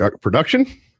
production